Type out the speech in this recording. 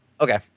Okay